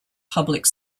public